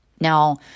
Now